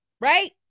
Right